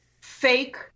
fake